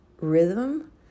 rhythm